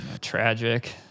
Tragic